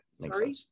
sorry